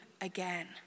again